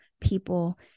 people